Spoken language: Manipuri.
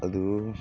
ꯑꯗꯨ